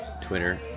Twitter